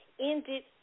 ended